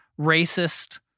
racist